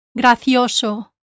Gracioso